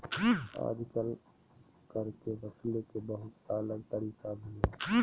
आजकल कर के वसूले के बहुत सा अलग तरीका भी हइ